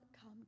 come